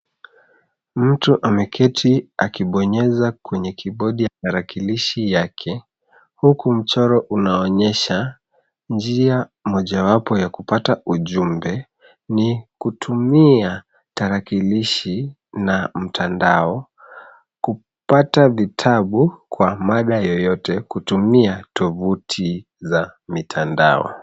Mtu ameketi akibonyeza kwenye kiibodi ya tarakilishi yake huku mchoro unaonyesha njia mojawapo ya kupata ujumbe, ni kutumia tarakilishi na mtandao kupata vitabu kwa mada yoyote kutumia tovuti za mitandao.